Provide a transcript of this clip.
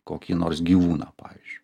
kokį nors gyvūną pavyzdžiui